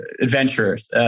adventurers